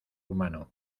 humano